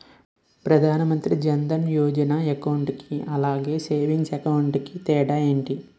Pradhan Mantri Jan Dhan Yojana account కి అలాగే savings account కి తేడా ఏంటి?